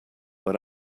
but